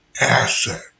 asset